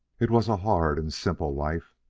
it was a hard and simple life.